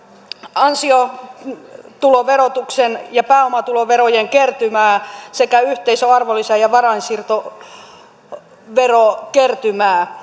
ansiotuloverotuksen ja pääomatuloverojen kertymää sekä yhteisö arvonlisä ja varainsiirtoverokertymää